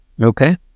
okay